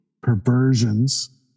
perversions